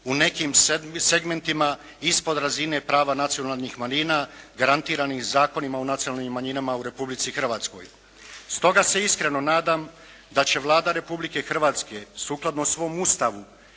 u nekim segmentima ispod razine prava nacionalnih manjina garantiranih zakonima o nacionalnim manjinama u Republici Hrvatskoj. Stoga se iskreno nadam da će Vlada Republike Hrvatske sukladno svom Ustavu